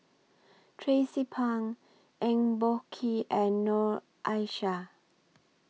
Tracie Pang Eng Boh Kee and Noor Aishah